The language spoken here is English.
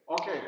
Okay